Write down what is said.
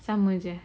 sama jer